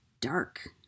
dark